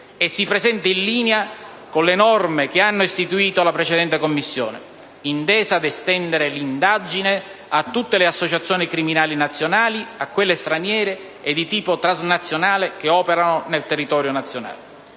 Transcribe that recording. e si presenta in linea con le norme che hanno istituito la precedente Commissione, intesa ad estendere l'indagine a tutte le associazioni criminali nazionali e a quelle straniere e di tipo transnazionale che operano nel territorio nazionale.